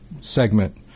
segment